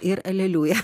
ir aleliuja